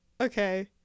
okay